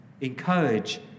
encourage